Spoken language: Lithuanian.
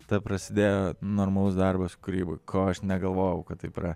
tada prasidėjo normalus darbas kūryba ko aš negalvojau kad taip yra